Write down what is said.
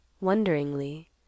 Wonderingly